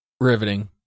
Riveting